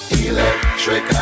electric